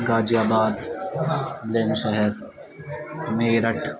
غازی آباد بلند شہر میرٹھ